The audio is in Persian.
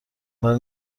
اول